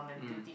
mm